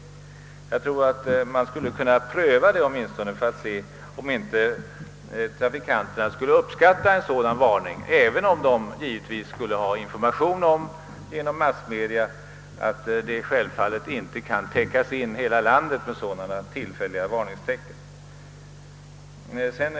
Då får man se, om inte trafikanterna uppskattar en sådan varning. Givetvis skulle de genom massmedia informeras om att det självfallet inte kan sättas upp tillfälliga varningstecken i hela landet.